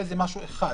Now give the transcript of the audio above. זה משהו אחד.